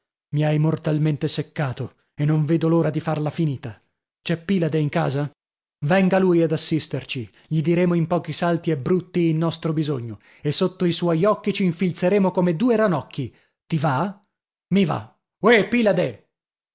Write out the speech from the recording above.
mi hai mortalmente seccato e non vedo l'ora di farla finita c'è pilade in casa venga lui ad assisterci gli diremo in pochi salti e brutti il nostro bisogno e sotto i suoi occhi c'infilzeremo come due ranocchi ti va mi va